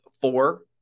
four